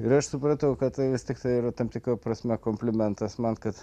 ir aš supratau kad vis tiktai yra tam tikra prasme komplimentas man kad